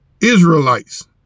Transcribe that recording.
Israelites